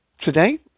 today